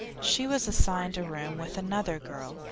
she was assigned a room with another girl,